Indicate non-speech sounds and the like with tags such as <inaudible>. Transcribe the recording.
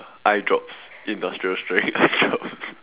eye drops industrial strength eye drop <laughs>